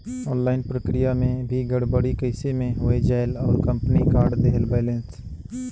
Online प्रक्रिया मे भी गड़बड़ी कइसे मे हो जायेल और कंपनी काट देहेल बैलेंस?